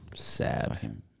sad